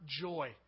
joy